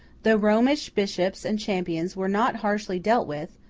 the romish bishops and champions were not harshly dealt with,